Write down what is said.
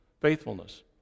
faithfulness